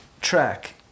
track